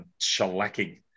shellacking